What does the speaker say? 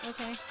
Okay